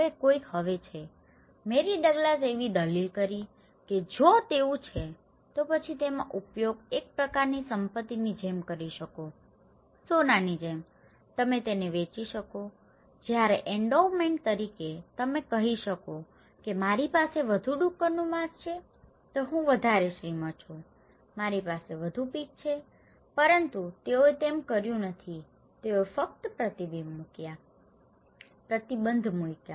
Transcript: હવે કોઈક હવે છે મેરી ડગ્લાસ એવી દલીલ કરી રહી છે કે જો તેવું છે તો પછી તમે તેનો ઉપયોગ એક પ્રકારની સંપત્તિની જેમ કરી શકો છો સોનાની જેમ તમે તેને વેચી શકો છો જ્યારે એન્ડોવમેન્ટ તરીકે અને તમે કહી શકો છો કે મારી પાસે વધુ ડુક્કરનું માંસ છે હું વધારે શ્રીમંત છું મારી પાસે વધુ પિગ છે પરંતુ તેઓએ તેમ કર્યું નથી તેઓએ ફક્ત પ્રતિબંધ મૂક્યા